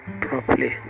properly